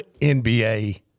NBA